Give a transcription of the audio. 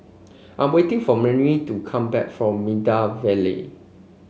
I'm waiting for Mirtie to come back from Maida Vale